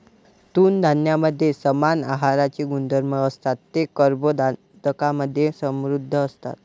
तृणधान्यांमध्ये समान आहाराचे गुणधर्म असतात, ते कर्बोदकांमधे समृद्ध असतात